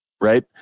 right